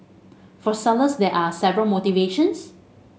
for sellers there are several motivations